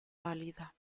válida